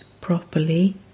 properly